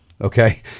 Okay